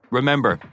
Remember